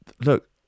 look